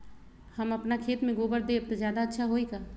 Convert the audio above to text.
हम अपना खेत में गोबर देब त ज्यादा अच्छा होई का?